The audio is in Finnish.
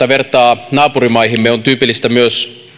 vertaa naapurimaihimme on tyypillistä myös